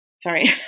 sorry